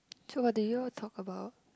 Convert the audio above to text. so what did you all talk about